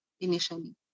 initially